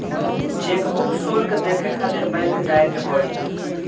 chequebook शुल्क देखे खातिर बैंक जाए के पड़ी